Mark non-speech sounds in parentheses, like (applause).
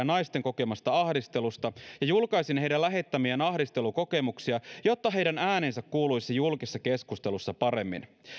(unintelligible) naisten kokemasta ahdistelusta ja julkaisin heidän lähettämiään ahdistelukokemuksia jotta heidän äänensä kuuluisi julkisessa keskustelussa paremmin